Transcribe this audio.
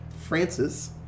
Francis